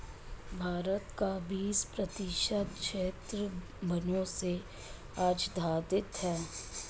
भारत का बीस प्रतिशत क्षेत्र वनों से आच्छादित है